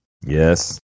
Yes